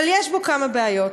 אבל יש בו כמה בעיות,